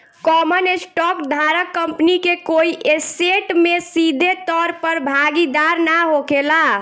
common stock धारक company के कोई ऐसेट में सीधे तौर पर भागीदार ना होखेला